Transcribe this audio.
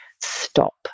stop